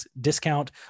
discount